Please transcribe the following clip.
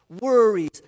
worries